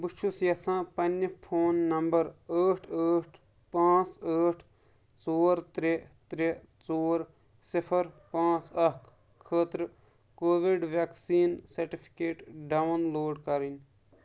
بہٕ چھُس یژھان پننہِ فون نمبر ٲٹھ ٲٹھ پانٛژھ ٲٹھ ژور ترٛےٚ ترٛےٚ ژور صِفر پانٛژھ اکھ خٲطرٕ covid vaccine certificate download کَرٕنۍ